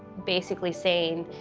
basically saying,